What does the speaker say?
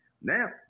Now